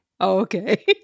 okay